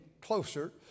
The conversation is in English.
closer